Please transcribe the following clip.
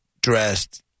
dressed